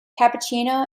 cappuccino